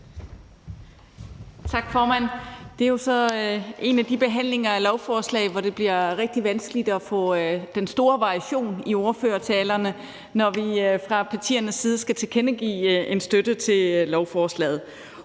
Tak, formand. Det er jo så en af de behandlinger af et lovforslag, hvor det bliver rigtig vanskeligt at få den store variation i ordførertalerne, når vi fra partiernes side skal tilkendegive en støtte til lovforslaget.